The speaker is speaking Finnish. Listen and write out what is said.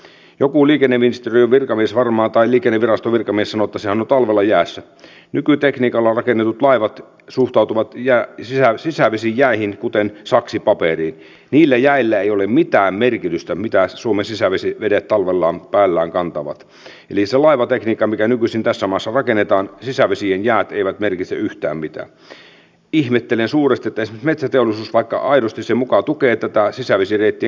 itse kannan erityistä huolta aivan vilpittömästi siitä kuinka me varmistamme sen että tässä talossa tehdään politiikkaa joka ei liiaksi kasvata tuloeroja tai liiaksi kurista kaikkein pienituloisimpien asemaa ja siinä mielessä toivon aivan vilpittömästi että hallitus tekee sen minkä se nyt on luvannut elikkä että toimeenpannaan tällainen arviointikomitea joka myös etukäteen arvioi sitä minkälaisia vaikutuksia hallituksen politiikalla on tavallisten ihmisten arkeen